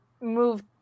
move